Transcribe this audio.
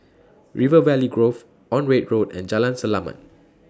River Valley Grove Onraet Road and Jalan Selamat